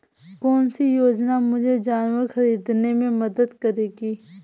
कौन सी योजना मुझे जानवर ख़रीदने में मदद करेगी?